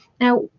Now